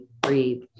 breathe